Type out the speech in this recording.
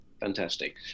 fantastic